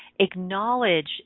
acknowledge